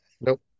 nope